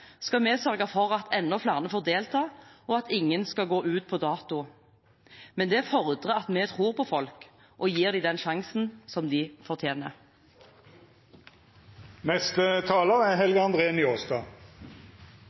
skal vi sørge for at enda flere får delta, og at ingen skal gå ut på dato. Men det fordrer at vi tror på folk, og at vi gir dem den sjansen de fortjener. Det er